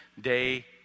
day